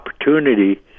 opportunity